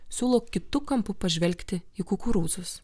siūlo kitu kampu pažvelgti į kukurūzus